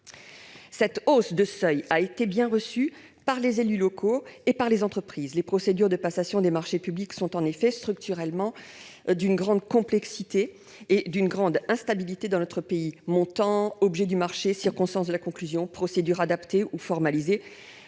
Cette hausse du seuil a été bien reçue par les élus locaux et par les entreprises. En effet, les procédures de passation des marchés publics sont structurellement d'une grande complexité et d'une grande instabilité dans notre pays : montant, objet du marché, circonstances de la conclusion, procédure adaptée ou formalisée